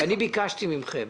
אני ביקשתי מכם,